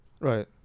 Right